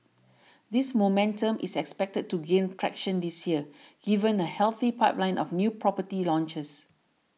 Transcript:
this momentum is expected to gain traction this year given a healthy pipeline of new property launches